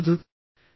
వద్దు